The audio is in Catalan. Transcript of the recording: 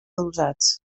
adossats